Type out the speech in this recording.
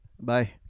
Bye